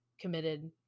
committed